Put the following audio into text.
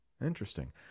Interesting